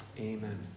Amen